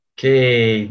Okay